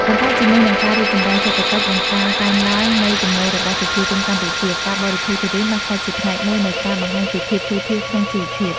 ប៉ុន្តែជាមួយនឹងការរីកចម្រើនសេដ្ឋកិច្ចនិងការកើនឡើងនៃចំណូលរបស់ប្រជាជនកម្ពុជា ការបរិភោគទុរេនបានក្លាយជាផ្នែកមួយនៃការបង្ហាញពីភាពធូរធារក្នុងជីវភាព។